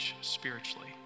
spiritually